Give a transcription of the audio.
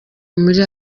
muri